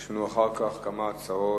יש לנו אחר כך כמה הצעות.